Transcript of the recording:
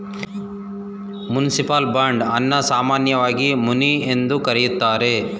municipal bond ಅನ್ನ ಸಾಮಾನ್ಯವಾಗಿ muni ಎಂದು ಕರೆಯುತ್ತಾರೆ